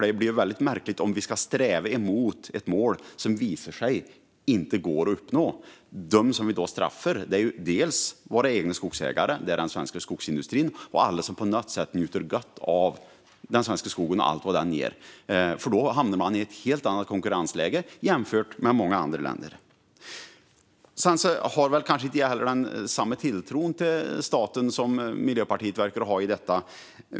Det blir ju väldigt märkligt om vi ska sträva mot ett mål som visar sig inte gå att uppnå. De vi då straffar är våra egna skogsägare, den svenska skogsindustrin och alla som på något sätt åtnjuter den svenska skogen och allt som den ger. Då hamnar man nämligen i ett helt annat konkurrensläge jämfört med många andra länder. Sedan har jag kanske inte heller samma tilltro till staten som Miljöpartiet verkar ha.